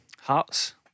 Hearts